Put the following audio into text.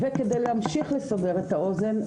וכדי להמשיך לסבר את האוזן,